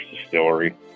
distillery